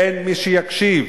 אין מי שיקשיב